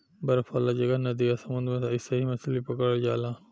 बरफ वाला जगह, नदी आ समुंद्र में अइसही मछली पकड़ल जाला